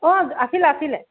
অঁ আছিলে আছিলে